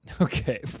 Okay